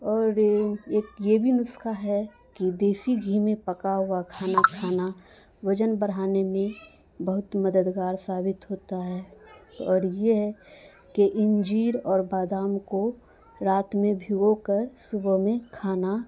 اور ایک یہ بھی نسخہ ہے کہ دیسی گھی میں پکا ہوا کھانا کھانا وزن بڑھانے میں بہت مددگار ثابت ہوتا ہے اور یہ ہے کہ انجیر اور بادام کو رات میں بھگو کر صبح میں کھانا